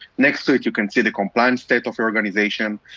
next to it you can see the compliance state of your organization,